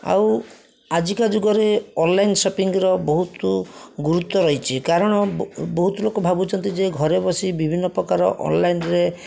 ଆଉ ଆଜିକା ଯୁଗରେ ଅନଲାଇନ୍ ସପିଙ୍ଗର ବହୁତ ଗୁରୁତ୍ୱ ରହିଛି କାରଣ ବହୁତ ଲୋକ ଭାବୁଛନ୍ତି ଯେ ଘରେ ବସି ବିଭିନ୍ନ ପ୍ରକାର ଅନଲାଇନରେ